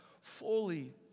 fully